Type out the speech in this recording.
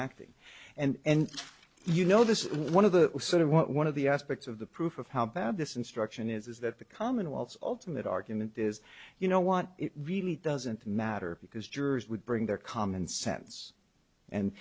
acting and you know this is one of the sort of one of the aspects of the proof of how bad this instruction is is that the commonwealth's ultimate argument is you know what it really doesn't matter because jurors would bring their common sense and